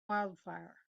wildfire